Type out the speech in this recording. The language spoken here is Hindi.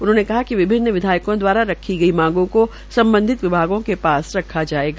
उन्होंने कहा कि विभिन्न विधायकों दवारा रखी गई मांगों को सम्बधित विभागों के पास रखा जायेगा